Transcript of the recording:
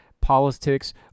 politics